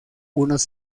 unos